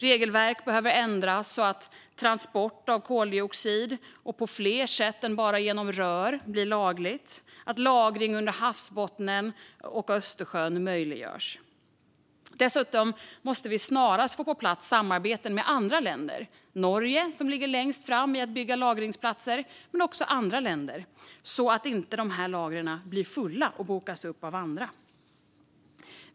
Regelverk behöver ändras så att transport av koldioxid på fler sätt än bara genom rör blir lagligt och att lagring under havsbottnen och Östersjön möjliggörs. Dessutom måste vi snarast få samarbeten med andra länder på plats - till exempel med Norge, som ligger längst fram när det gäller att bygga lagringsplatser, men också med andra länder - så att dessa lager inte blir fulla och bokas upp av andra.